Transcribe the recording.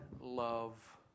love